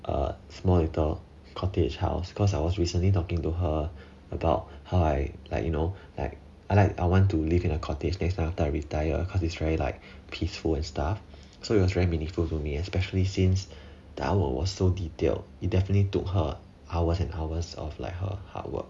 a small little cottage house cause I was recently talking to her about how i like you know like I like I want to live in a cottage next time after I retire because it's very like peaceful and stuff so it was very meaningful to me especially since the art work was so detailed it definitely took her hours and hours of like her hard work